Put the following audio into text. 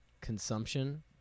consumption